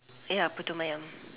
ya putu-mayam